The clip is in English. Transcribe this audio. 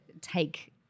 take